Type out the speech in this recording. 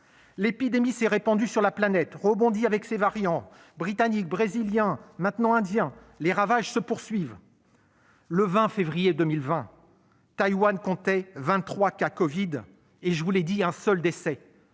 L'épidémie s'est répandue sur la planète, rebondit avec ses variants- britannique, brésilien, maintenant indien. Les ravages se poursuivent. Le 20 février 2020, Taïwan comptait vingt-trois cas de covid et, je vous l'ai dit, un seul décès.